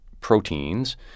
proteins